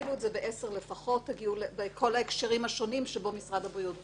תכפילו את זה לפחות ב-10 בכל ההקשרים השונים שבהם משרד הבריאות בודק.